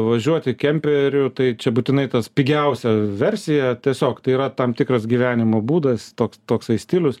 važiuoti kemperiu tai čia būtinai tas pigiausia versija tiesiog tai yra tam tikras gyvenimo būdas toks toksai stilius